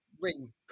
ring